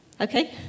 Okay